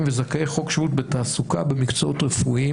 וזכאי חוק שבות בתעסוקה במקצועות רפואיים.